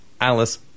alice